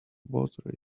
water